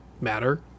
matter